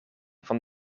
van